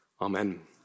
Amen